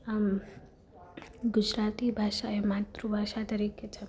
આમ ગુજરાતી ભાષા એ માતૃભાષા તરીકે છે મારી